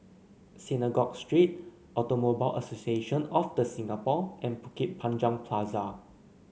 Synagogue Street Automobile Association of The Singapore and Bukit Panjang Plaza